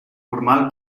formal